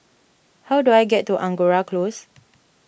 how do I get to Angora Close